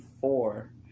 four